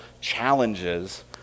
challenges